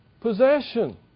possession